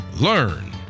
learn